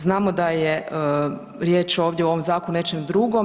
Znamo da je riječ ovdje u ovom zakonu o nečem drugom.